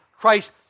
Christ